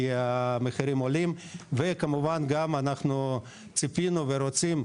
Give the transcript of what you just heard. כי המחירים עולים וכמובן גם אנחנו ציפינו ורוצים,